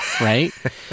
right